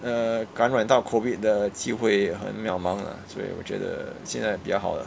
err 感染到 COVID 的机会很渺茫 ah 所以我觉得现在比较好了